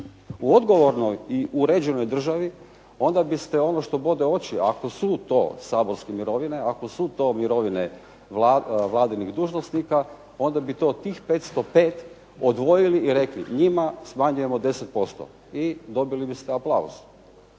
U odgovornoj i uređenoj državi onda biste ono što bode oči ako su saborske mirovine, ako su to mirovine vladinih dužnosnika onda bi to tih 505 odvojili i rekli njima smanjujemo 10% i dobili ste aplauz.